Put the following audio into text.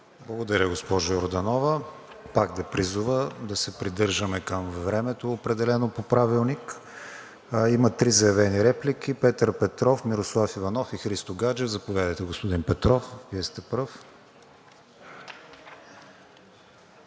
Благодаря, госпожо Йорданова. Пак да призова да се придържаме към времето, определено по Правилник. Има три заявени реплики – Петър Петров, Мирослав Иванов и Христо Гаджев. Заповядайте, господин Петров, Вие сте пръв.